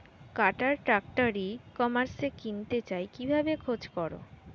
কাটার tractor ই কমার্সে কিনতে চাই কিভাবে খোঁজ করো?